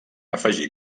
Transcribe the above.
afegir